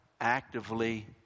actively